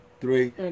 three